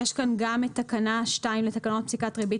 יש כאן גם את תקנה 2 לתקנות פסיקת ריבית